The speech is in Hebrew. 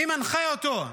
מי מנחה אותו?